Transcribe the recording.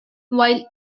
while